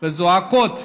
וזעקו: